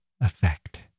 effect